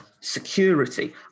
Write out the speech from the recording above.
security